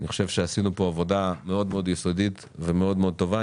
אני חושב שעשינו כאן עבודה מאוד מאוד יסודית ומאוד מאוד טובה.